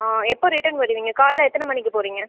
எப்போ ரிட்டன் வருவீங்க காலையில் எத்தனை மணிக்கு போகிறீங்க